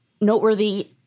noteworthy